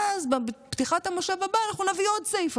ואז בפתיחת המושב הבא אנחנו נביא עוד סעיף,